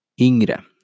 ingre